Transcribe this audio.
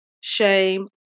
shame